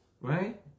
Right